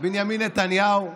בנימין נתניהו,